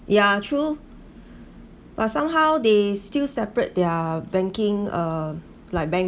ya true but somehow they still separate their banking uh like bank